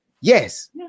Yes